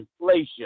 inflation